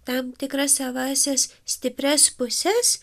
tam tikras savąsias stiprias puses